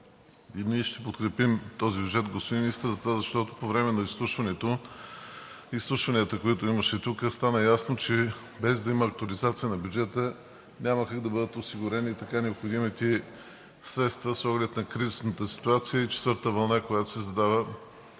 Ние ще подкрепим този бюджет, господин Министър, защото по време на изслушванията, които имаше тук, стана ясно, че без да има актуализация на бюджета, няма как да бъдат осигурени така необходимите средства с оглед на кризисната ситуация и четвъртата вълна, която се задава,